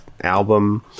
album